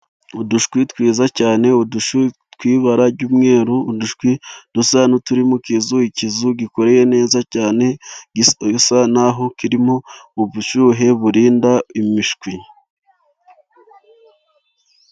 Udushwi twiza cyane tw'ibara ry'umweru. Udushwi dusa n'uturi mu kizu, ikizu gikoreye neza cyane gisa naho kirimo ubushyuhe burinda imishwi.